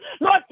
Lord